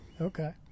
Okay